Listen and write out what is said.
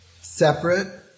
separate